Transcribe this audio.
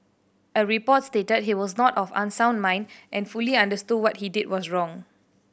a report stated he was not of unsound mind and fully understood what he did was wrong